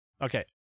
Okay